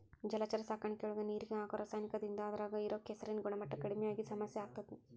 ಜಲಚರ ಸಾಕಾಣಿಕೆಯೊಳಗ ನೇರಿಗೆ ಹಾಕೋ ರಾಸಾಯನಿಕದಿಂದ ಅದ್ರಾಗ ಇರೋ ಕೆಸರಿನ ಗುಣಮಟ್ಟ ಕಡಿಮಿ ಆಗಿ ಸಮಸ್ಯೆ ಆಗ್ತೇತಿ